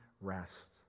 rest